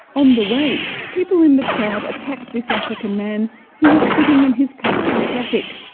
on the way people in the crowd attacked this african man who was sitting in his car in traffic,